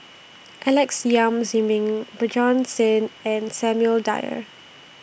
Alex Yam Ziming Bjorn Shen and Samuel Dyer